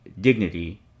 dignity